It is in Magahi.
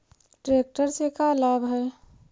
ट्रेक्टर से का लाभ है?